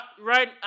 right